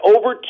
Over